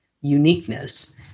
uniqueness